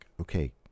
Okay